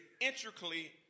intricately